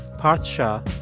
parth shah,